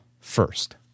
first